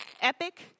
epic